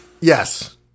Yes